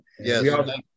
Yes